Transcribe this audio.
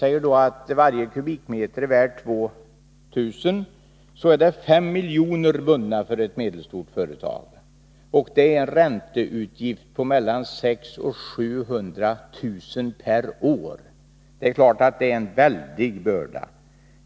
Om vi antar att varje kubikmeter är värd 2 000 kr., så innebär det att 5 milj.kr. är bundna för detta medelstora företag. Det är en ränteutgift på 600 000 700 000 kr. per år. Det är klart att det är en väldig börda.